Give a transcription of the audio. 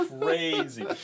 crazy